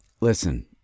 Listen